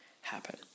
happen